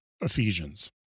Ephesians